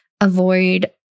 avoid